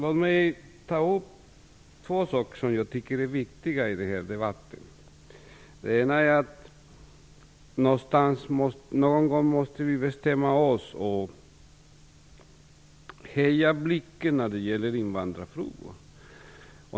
Fru talman! Låt mig ta upp två saker som jag tycker är viktiga i den här debatten. Den ena är att vi någon gång måste bestämma oss för att höja blicken när det gäller invandrarfrågor.